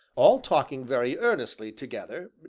all talking very earnestly together,